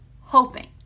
hoping